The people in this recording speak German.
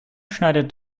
schneidet